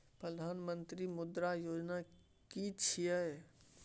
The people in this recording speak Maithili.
प्रधानमंत्री मुद्रा योजना कि छिए?